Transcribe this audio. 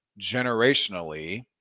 generationally